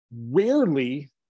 Rarely